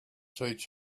teach